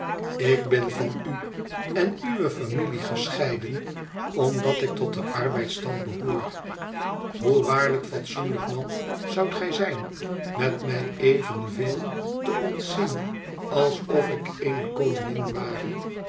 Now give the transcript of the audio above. ik ben van u en uwe familie gescheiden omdat ik tot den arbeidsstand behoor hoe waarlijk fatsoenlijk man zoudt gij zijn met mij evenveel te ontzien alsof ik eene koningin ware